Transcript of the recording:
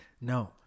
No